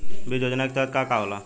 बीज योजना के तहत का का होला?